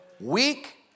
Weak